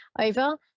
over